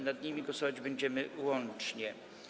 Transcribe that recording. Nad nimi głosować będziemy łącznie.